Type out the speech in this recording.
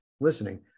listening